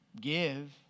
give